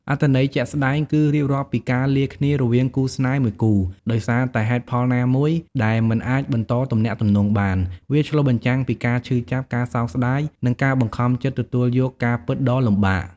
អត្ថន័យជាក់ស្តែង គឺរៀបរាប់ពីការលាគ្នារវាងគូស្នេហ៍មួយគូ ដោយសារតែហេតុផលណាមួយដែលមិនអាចបន្តទំនាក់ទំនងបាន។ វាឆ្លុះបញ្ចាំងពីការឈឺចាប់ ការសោកស្តាយ និងការបង្ខំចិត្តទទួលយកការពិតដ៏លំបាក